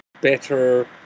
better